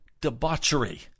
debauchery